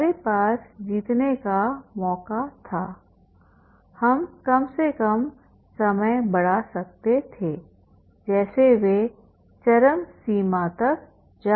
हमारे पास जीतने का मौका था हम कम से कम समय बढ़ा सकते थे जैसे वे चरम सीमा तक जा सकते थे